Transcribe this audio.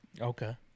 Okay